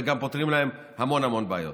וגם פותרים להם המון המון בעיות.